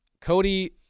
Cody